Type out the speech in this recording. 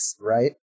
right